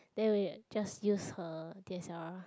then we just use her D_S_L_R